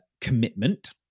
commitment